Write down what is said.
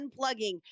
unplugging